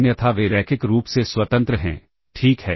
अन्यथा वे रैखिक रूप से स्वतंत्र हैं ठीक है